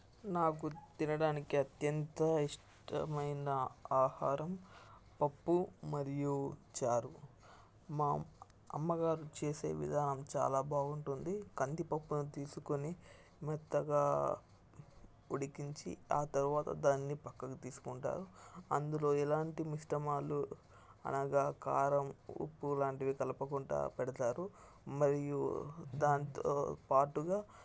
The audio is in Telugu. నాకు తినడానికి అత్యంత ఇష్టమైన ఆహారం పప్పు మరియు చారు మా అమ్మగారు చేసే విధానం చాలా బాగుంటుంది కందిపప్పును తీసుకొని మెత్తగా ఉడికించి ఆ తర్వాత దాన్ని పక్కకు తీసుకుంటారు అందులో ఎలాంటి మిశ్రమాలు అనగా కారం ఉప్పు లాంటివి కలపకుండా పెడతారు మరియు దాంతో పాటుగా